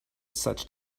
such